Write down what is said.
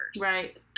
right